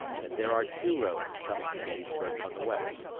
that there are two roads coming to gettysburg from the west,